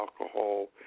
alcohol